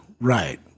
right